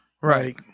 Right